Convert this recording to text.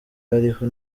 ariho